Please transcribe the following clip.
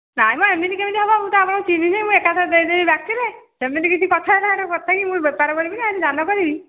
ନାଇଁ ମ ଏମିତି କେମିତି ହେବ ମୁଁ ତ ଆପଣ ଚିହ୍ନିନି ମୁଁ ଏକାଥରେ ଦେଇଦେବି ବାକିରେ ସେମିତି କିଛି କଥା ଏ କଥାକି ମୁଁ ବେପାର କରିବି ଏ ଦାନ କରିବି